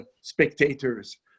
spectators